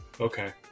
Okay